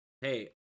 Hey